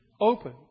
open